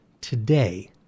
today